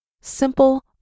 Simple